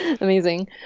Amazing